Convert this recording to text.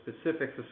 specifics